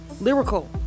Lyrical